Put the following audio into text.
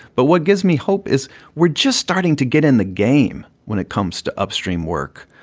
but what gives me hope is we're just starting to get in the game when it comes to upstream work.